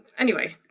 anyway,